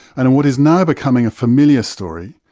and in what is now becoming a familiar story,